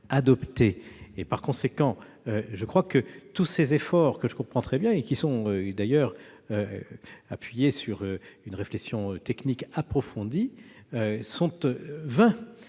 adoptés. Par conséquent, tous ces efforts, que je comprends très bien et qui sont d'ailleurs appuyés sur une réflexion technique approfondie, me